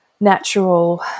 natural